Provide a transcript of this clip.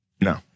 No